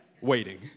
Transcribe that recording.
Waiting